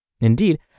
Indeed